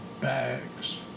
bags